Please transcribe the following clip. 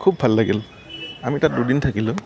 খুব ভাল লাগিল আমি তাত দুদিন থাকিলোঁ